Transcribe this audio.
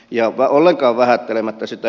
java ollenkaan vähättelemättä sitä